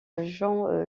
john